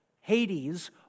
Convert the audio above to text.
Hades